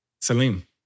Salim